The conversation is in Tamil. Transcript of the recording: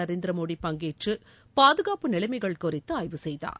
நரேந்திர மோடி பங்கேற்று பாதுகாப்பு நிலைமைகள் குறித்து ஆய்வு செய்தார்